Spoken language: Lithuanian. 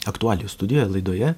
aktualijų studijoje laidoje